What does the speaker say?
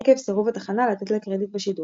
עקב סירוב התחנה לתת לה קרדיט בשידור.